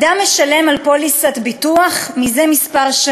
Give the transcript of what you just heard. אדם משלם על פוליסת ביטוח מזה שנים מספר.